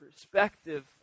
perspective